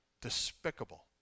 Despicable